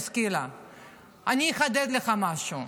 אני אחדד לך משהו: